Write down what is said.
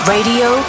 Radio